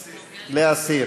להסיר.